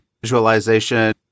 visualization